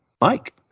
Mike